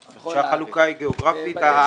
11, שהחלוקה היא גיאוגרפית.